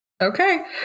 Okay